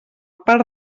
part